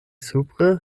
supre